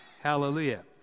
Hallelujah